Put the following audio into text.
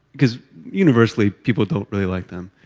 because universally, people don't really like them.